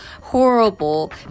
horrible